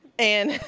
and,